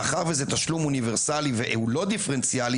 מאחר וזה תשלום אוניברסלי והוא לא דיפרנציאלי,